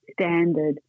standard